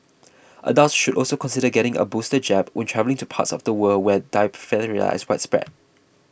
adults should also consider getting a booster jab which travelling to parts of the world where diphtheria is widespread